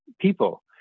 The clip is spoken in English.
people